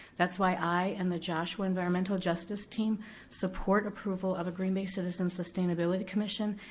that's why i and the joshua environmental justice team support approval of a green bay citizens' sustainability commission,